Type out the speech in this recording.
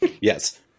Yes